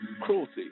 cruelty